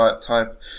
type